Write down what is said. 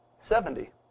Seventy